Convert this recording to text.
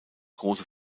große